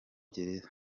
gereza